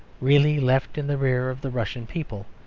really left in the rear of the russian people,